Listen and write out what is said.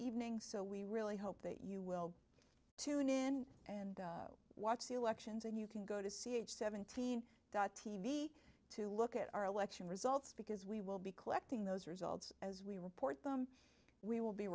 evening so we really hope that you will tune in and watch the elections and you can go to see it seventeen dot tv to look at our election results because we will be collecting those results as we report them we will be